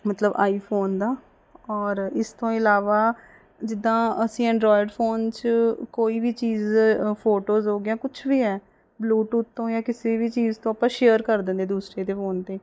ਮਤਲਬ ਆਈਫੋਨ ਦਾ ਔਰ ਇਸ ਤੋਂ ਇਲਾਵਾ ਜਿੱਦਾਂ ਅਸੀਂ ਐਂਡਰੋਇਡ ਫੋਨ 'ਚ ਕੋਈ ਵੀ ਚੀਜ਼ ਫੋਟੋਜ਼ ਹੋਗੀਆਂ ਕੁਛ ਵੀ ਹੈ ਬਲੂਟੂਥ ਤੋਂ ਜਾਂ ਕਿਸੇ ਵੀ ਚੀਜ਼ ਤੋਂ ਆਪਾਂ ਸ਼ੇਅਰ ਕਰ ਦਿੰਦੇ ਦੂਸਰੀ ਦੇ ਫੋਨ 'ਤੇ